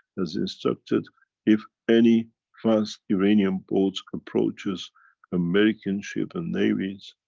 has instructed if any fast iranian boats approaches american ship and navies,